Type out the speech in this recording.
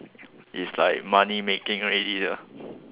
is like money making already sia